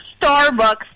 Starbucks